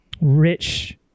rich